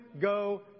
go